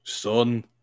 Son